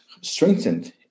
strengthened